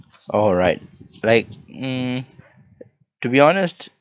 oh right like mm to be honest